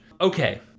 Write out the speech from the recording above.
Okay